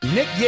Nick